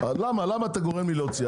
למה אתה גורם לי להוציא,